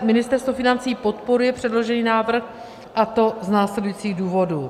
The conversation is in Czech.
Ministerstvo financí podporuje předložený návrh a to z následujících důvodů.